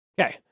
Okay